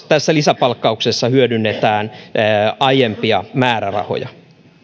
tässä lisäpalkkauksessa hyödynnetään aiempia määrärahoja